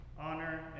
honor